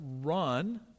run